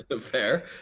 Fair